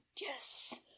Yes